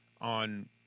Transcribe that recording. on